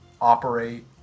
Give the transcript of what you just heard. operate